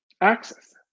access